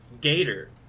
Gator